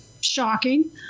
shocking